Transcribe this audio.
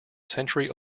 century